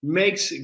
makes